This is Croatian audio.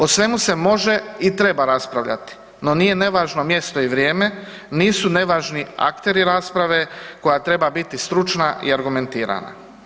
O svemu se može i treba raspravljati, no nije nevažno mjesto i vrijeme, nisu nevažni akteri rasprave, koja treba biti stručna i argumentirana.